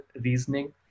reasoning